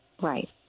Right